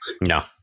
No